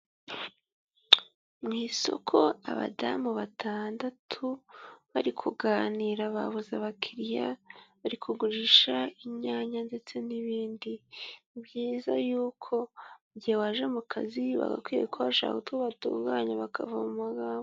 Mu isoko abadamu batandatu bari kuganira babuze abakiriya, bari kugurisha inyanya ndetse n'ibindi, ni byiza yuko igihe waje mu kazi bagakwiye kuba bashaka utwo batunganya bakava mu magambo.